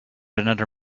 another